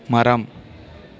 மரம்